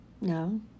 no